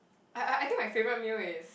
I I I think my favorite meal is